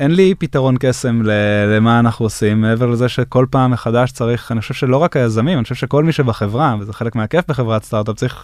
אין לי פתרון קסם למה אנחנו עושים מעבר לזה שכל פעם מחדש צריך אני חושב שלא רק היזמים אני חושב שכל מי שבחברה וזה חלק מהכיף בחברת סטארטאפ צריך.